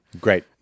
Great